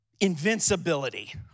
invincibility